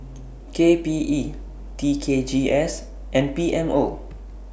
K P E T K G S and P M O